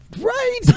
Right